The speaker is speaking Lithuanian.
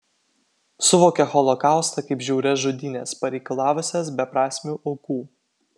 suvokia holokaustą kaip žiaurias žudynes pareikalavusias beprasmių aukų